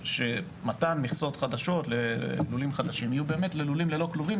שמתן מכסות חדשות ללולים חדשים יהיו ללולים ללא כלובים,